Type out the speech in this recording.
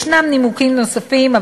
יש נימוקים נוספים.